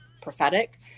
prophetic